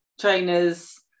trainers